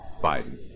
Biden